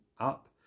up